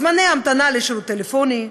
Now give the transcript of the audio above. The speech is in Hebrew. זמני המתנה לשירות טלפוני,